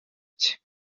cye